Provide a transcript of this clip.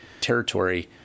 territory